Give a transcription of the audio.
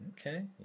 Okay